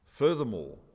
Furthermore